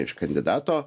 iš kandidato